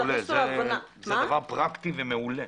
זה פרקטי ומעולה.